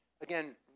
again